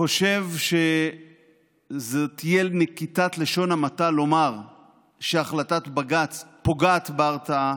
חושב שזאת תהיה נקיטת לשון המעטה לומר שהחלטת בג"ץ פוגעת בהרתעה,